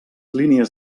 línies